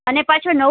અને પાછું નવું